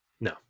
No